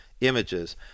images